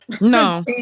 No